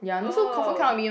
oh